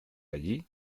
allí